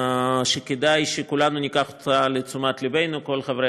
שכדאי שכולנו ניקח אותה לתשומת לבנו: כל חברי